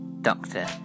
Doctor